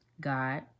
God